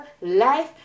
life